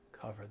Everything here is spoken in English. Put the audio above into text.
cover